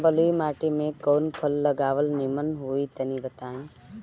बलुई माटी में कउन फल लगावल निमन होई तनि बताई?